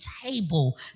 table